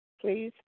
please